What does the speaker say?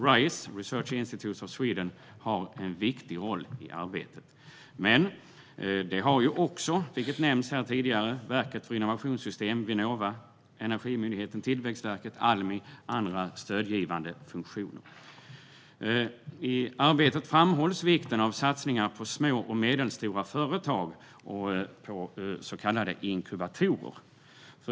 Rise, Research Institutes of Sweden, har en viktig roll i arbetet. Viktiga roller har också - vilket nämnts här tidigare - Verket för innovationssystem, Vinnova, Energimyndigheten, Tillväxtverket, Almi och andra stödgivande funktioner. I arbetet framhålls vikten av satsningar på små och medelstora företag och på så kallade inkubatorer.